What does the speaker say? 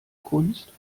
kunst